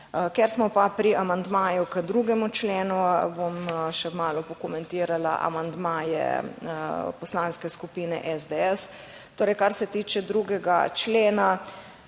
Ker smo pa pri amandmaju k 2. členu, bom še malo pokomentirala amandmaje Poslanske skupine SDS. Torej, kar se tiče 2. člena,